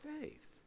faith